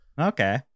Okay